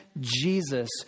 Jesus